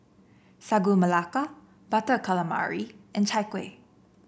Sagu Melaka Butter Calamari and Chai Kueh